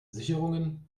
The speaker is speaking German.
sicherungen